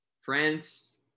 friends